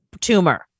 tumor